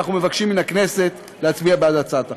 אנחנו מבקשים מן הכנסת להצביע בעד הצעת החוק.